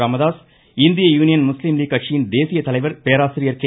ராமதாஸ் இந்திய union Muslim league கட்சியின் தேசிய தலைவர் பேராசிரியர் கே